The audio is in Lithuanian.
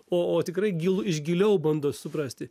o o tikrai gil iš giliau bando suprasti